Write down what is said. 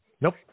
Nope